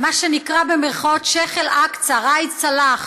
מי שנקרא "שיח' אל אקצא" ראאד סלאח,